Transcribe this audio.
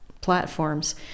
platforms